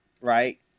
right